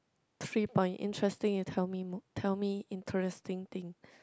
three point interesting and tell me more tell me interesting thing